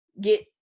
Get